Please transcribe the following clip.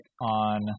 on